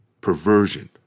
perversion